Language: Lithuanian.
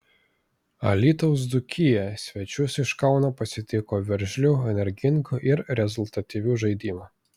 alytaus dzūkija svečius iš kauno pasitiko veržliu energingu ir rezultatyviu žaidimu